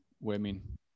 women